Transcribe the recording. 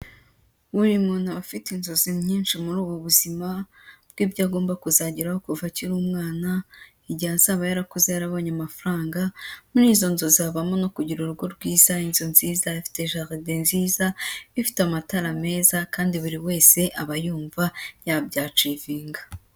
Nk'uyu muntu aba afite inzozi nyinshi muri ubu buzima bw'ibyo agomba kuzageraho kuva akiri umwana igihe azaba yaraku yarabonye amafaranga, muri izo nzozi havamo no kugira urugo rwiza, inzu nziza ifite jaride nziza ifite amatara meza kandi buri wese aba yumva yabyacivinga.